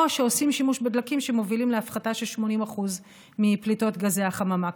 או שעושים בהם שימוש בדלקים שמובילים להפחתה של 80% מפליטות גזי החממה.